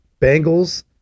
Bengals –